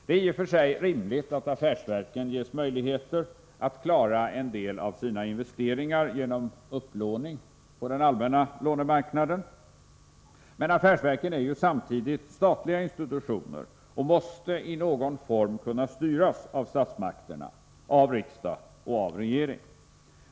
Det är i och för sig rimligt att affärsverken ges möjligheter att klara en del av sina investeringar genom upplåning på den allmänna lånemarknaden. Men affärsverken är ju samtidigt statliga institutioner och måste i någon form kunna styras av statsmakterna, av riksdag och av regering.